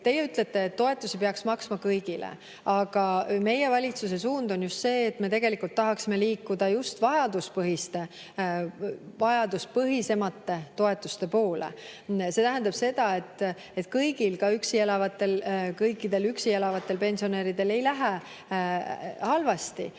Teie ütlete, et toetusi peaks maksma kõigile, aga meie valitsuse suund on just see, et me tegelikult tahaksime liikuda just vajaduspõhiste, vajaduspõhisemate toetuste poole. See tähendab seda, et kõigil, ka kõikidel üksi elavatel pensionäridel ei lähe halvasti,